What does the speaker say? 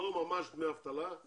ממש דמי אבטלה,